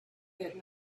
had